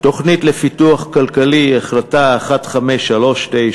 תוכנית לפיתוח כלכלי, החלטה 1539,